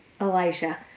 Elijah